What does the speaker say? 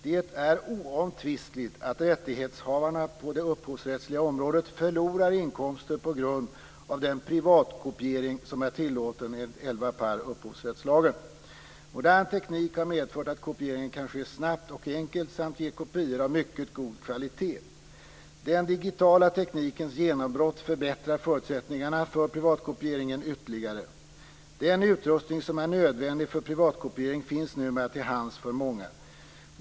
Det är oomtvistligt att rättighetshavarna på det upphovsrättsliga området förlorar inkomster på grund av den privatkopiering som är tillåten enligt 11 § upphovsrättslagen. Modern teknik har medfört att kopieringen kan ske snabbt och enkelt samt ge kopior av mycket god kvalitet. Den digitala teknikens genombrott förbättrar förutsättningarna för privatkopieringen ytterligare. Den utrustning som är nödvändig för privatkopiering finns numera till hands för många.